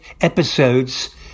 episodes